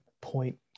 Point